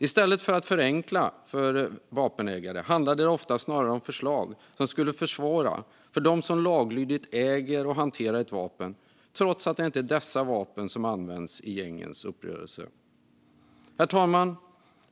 I stället för att förenkla för vapenägare handlar det ofta snarare om förslag som skulle försvåra för dem som laglydigt äger och hanterar ett vapen, trots att det inte är dessa vapen som används i gängens uppgörelser. Herr talman!